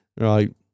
Right